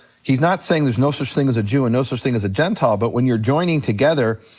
he's not saying there's no such thing as a jew and no such thing as a gentile, but when you're joining together,